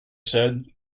said